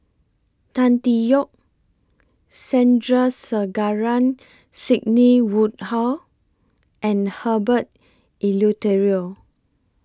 Tan Tee Yoke Sandrasegaran Sidney Woodhull and Herbert Eleuterio